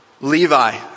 Levi